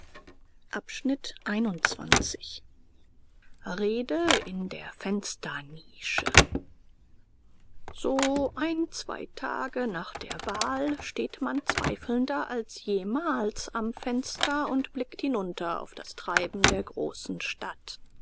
rede in der fensternische so ein zwei tage nach der wahl steht man zweifelnder als jemals am fenster und blickt hinunter auf das treiben der großen stadt